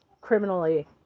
Criminally